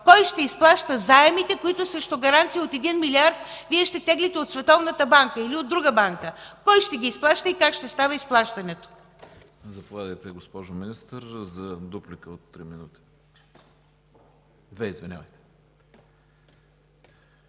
кой ще изплаща заемите, които срещу гаранция от 1 милиард Вие ще теглите от Световната банка или от друга банка? Кой ще ги изплаща и как ще става изплащането?